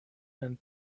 and